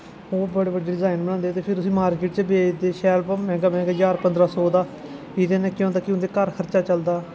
ओ बड़े बड़े डिजाइन बनांदे ते फिर उस्सी मार्केट च बेचदे शैल पर मैहंगा मैहंगा ज्हार पंदरां सौ दा एह्दे ने केह् होंदा कि उं'दे घर खर्चा चलदा